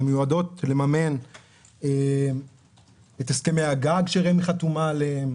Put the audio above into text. הן מיועדות לממן את הסכמי הגג שרמ"י חתומה עליהם,